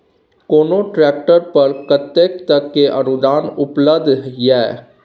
कोनो ट्रैक्टर पर कतेक तक के अनुदान उपलब्ध ये?